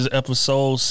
episode